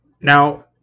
Now